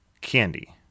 candy